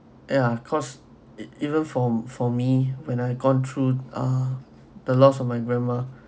ya because e~ even for for me when I gone through ah the lost of my grandma